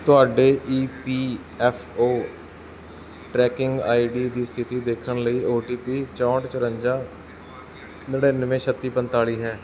ਤੁਹਾਡੇ E P F O tracking I D ਦੀ ਸਥਿੱਤੀ ਦੇਖਣ ਲਈ ਓ ਟੀ ਪੀ ਚੌਂਹਠ ਚੁਰੰਜਾ ਨੜ੍ਹਿੰਨਵੇਂ ਛੱਤੀ ਪੰਤਾਲੀ ਹੈ